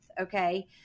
Okay